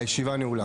הישיבה ננעלה